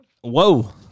Whoa